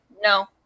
No